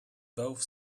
both